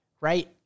right